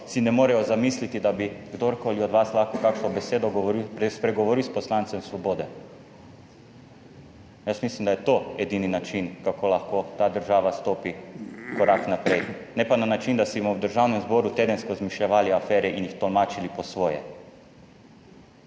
si ne morejo zamisliti, da bi kdorkoli od vas lahko kakšno besedo spregovori s poslancem Svobode. Jaz mislim, da je to edini način kako lahko ta država stopi korak naprej, ne pa na način, da si bomo v Državnem zboru tedensko izmišljevali afere in jih tolmačili po svoje.